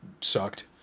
sucked